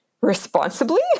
responsibly